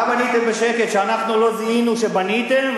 מה בניתם בשקט, שאנחנו לא זיהינו שבניתם?